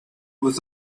was